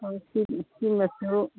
ꯍꯣꯏ ꯁꯤꯃꯁꯨ